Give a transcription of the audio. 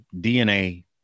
DNA